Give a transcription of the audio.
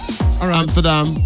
Amsterdam